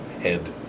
head